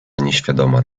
nieświadoma